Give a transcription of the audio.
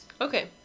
Okay